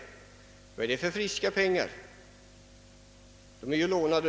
På vad sätt är de pengarna friska? De är ju lånade.